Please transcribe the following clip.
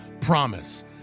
promise